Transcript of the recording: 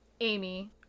Amy